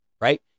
right